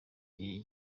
igihe